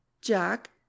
Jack